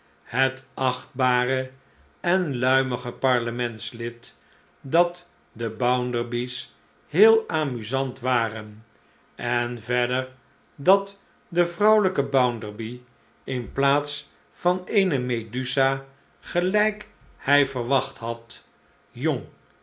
het achtbare en luimige parlementslid dat de bounderby's heel amusant waren en verder dat de vrouwelijke bounderby in plaats van eene medusa gelijk hij verwacht had jong